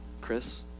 Chris